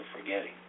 forgetting